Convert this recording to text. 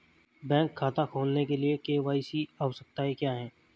Bank खाता खोलने के लिए के.वाई.सी आवश्यकताएं क्या हैं?